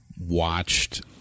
watched